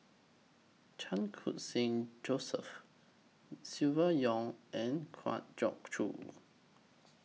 Chan Khun Sing Joseph Silvia Yong and Kwa Geok Choo